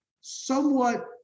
somewhat